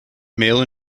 male